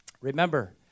Remember